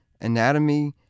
anatomy